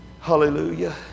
hallelujah